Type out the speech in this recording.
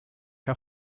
her